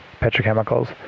petrochemicals